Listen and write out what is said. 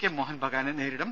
K മോഹൻ ബഗാനെ നേരിടും